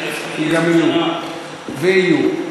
הם גם יהיו, ויהיו.